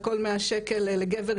על כל 100 שקל לגבר,